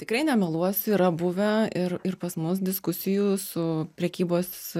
tikrai nemeluosiu yra buvę ir ir pas mus diskusijų su prekybos